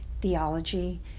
theology